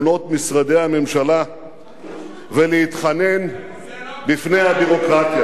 משרדי הממשלה ולהתחנן בפני הביורוקרטיה.